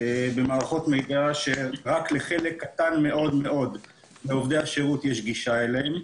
במערכות מידע שרק לחלק קטן מאוד מעובדי השירות יש גישה אליהן.